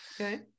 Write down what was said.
Okay